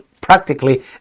practically